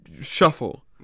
shuffle